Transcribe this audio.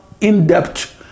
in-depth